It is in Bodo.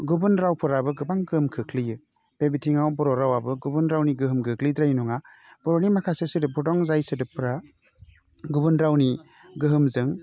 गुबुन रावफ्राबो गोबां गोहोम खोख्लैयो बे बिथिङाव बर' रावाबो गुबुन रावनि गोहोम गोग्लैद्रायि नङा बर' नि माखासे सोदोफोर दं जाय सोदोफ्रा गुबुन रावनि गोहोमजों